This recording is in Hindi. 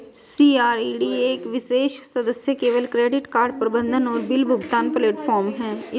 सी.आर.ई.डी एक विशेष सदस्य केवल क्रेडिट कार्ड प्रबंधन और बिल भुगतान प्लेटफ़ॉर्म है